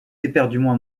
éperdument